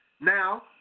Now